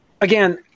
Again –